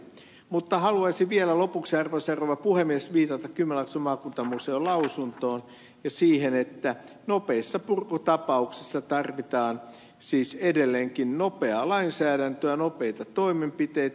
mutta haluaisin vielä lopuksi arvoisa rouva puhemies viitata kymenlaakson maakuntamuseon lausuntoon ja siihen että nopeissa purkutapauksissa tarvitaan siis edelleenkin nopeaa lainsäädäntöä nopeita toimenpiteitä